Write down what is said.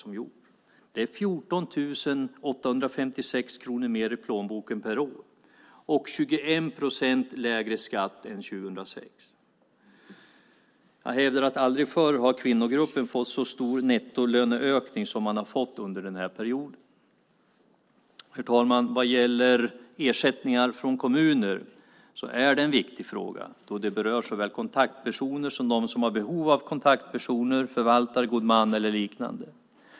Det innebär 14 856 kronor mer i plånboken per år och 21 procent lägre skatt än år 2006. Jag hävdar att aldrig förr har kvinnogruppen fått en så stor nettolöneökning som den har fått under den här perioden. Herr talman! Vad gäller ersättningar från kommuner är det en viktig fråga då de berör så väl kontaktpersoner som de som har behov av kontaktpersoner, förvaltare, god man eller liknande.